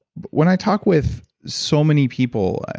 when i talk with so many people,